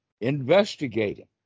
investigating